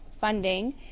funding